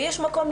ויש שם מקום.